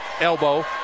elbow